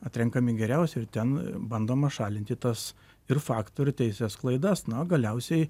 atrenkami geriausi ir ten bandoma šalinti tas ir faktų ir teisės klaidas na galiausiai